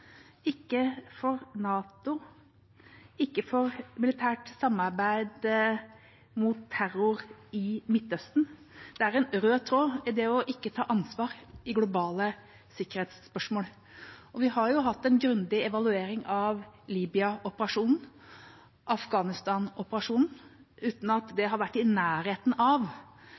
ikke er for NATO eller militært samarbeid mot terror i Midtøsten; det er en rød tråd i det å ikke ta ansvar i globale sikkerhetsspørsmål. Vi har jo hatt en grundig evaluering av Libya-operasjonen og Afghanistan-operasjonen, uten at det har vært i nærheten av